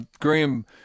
Graham